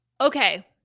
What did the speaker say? Okay